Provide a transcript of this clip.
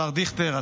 השר דיכטר,